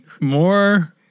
more